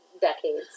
decades